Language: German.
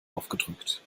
aufgedrückt